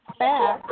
back